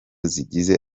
zigize